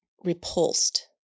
repulsed